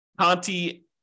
Conti